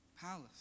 palace